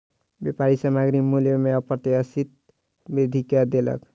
व्यापारी सामग्री मूल्य में अप्रत्याशित वृद्धि कय देलक